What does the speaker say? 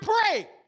pray